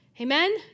Amen